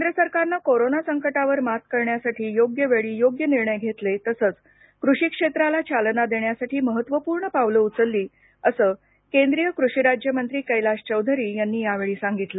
केंद्र सरकारनं कोरोना संकटावर मात करण्यासाठी योग्य वेळी योग्य निर्णय घेतले तसंच कृषी क्षेत्राला चालना देण्यासाठी महत्त्वपूर्ण पावलं उचलली असं केंद्रीय कृषी राज्य मंत्री कैलाश चौधरी यांनी या वेळी सांगितलं